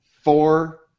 four